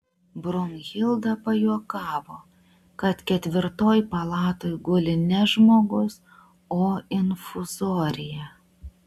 brunhilda pajuokavo kad ketvirtoj palatoj guli ne žmogus o infuzorija